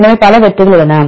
எனவே பல வெற்றிகள் உள்ளன